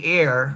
air